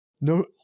No